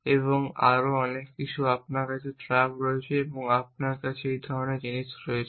এবং আরও অনেক কিছু এবং আপনার কাছে ট্রাক রয়েছে এবং আপনার কাছে এই ধরণের জিনিস রয়েছে